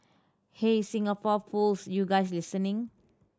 hey Singapore Pools you guys listening